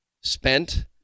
spent